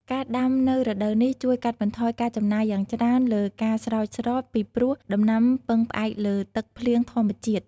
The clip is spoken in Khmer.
ការដាំនៅរដូវនេះជួយកាត់បន្ថយការចំណាយយ៉ាងច្រើនលើការស្រោចស្រព ពីព្រោះដំណាំពឹងផ្អែកលើ ទឹកភ្លៀងធម្មជាតិ។